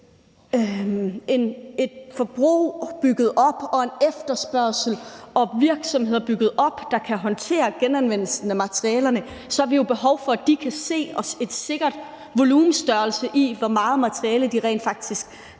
et forbrug bygget op og få en efterspørgsel og nogle virksomheder bygget op, der kan håndtere genanvendelsen af materialerne, jo har behov for, at de kan se et sikkert volumen og noget størrelse, i forhold til hvor meget materiale de rent faktisk